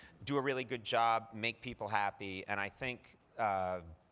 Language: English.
do a really good job, make people happy. and i think